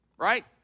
right